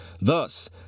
Thus